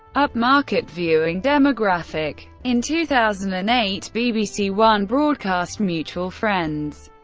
upmarket viewing demographic. in two thousand and eight, bbc one broadcast mutual friends,